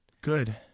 Good